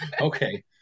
Okay